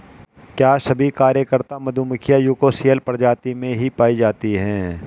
क्या सभी कार्यकर्ता मधुमक्खियां यूकोसियल प्रजाति में ही पाई जाती हैं?